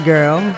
Girl